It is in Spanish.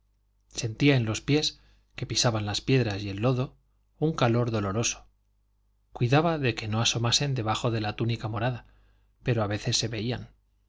sentía en los pies que pisaban las piedras y el lodo un calor doloroso cuidaba de que no asomasen debajo de la túnica morada pero a veces se veían